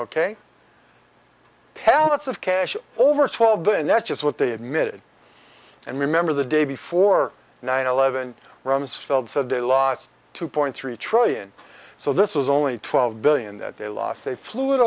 pallets of cash over twelve and that's just what they admitted and remember the day before nine eleven rumsfeld said they lost two point three trillion so this was only twelve billion that they lost they flew it